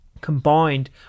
combined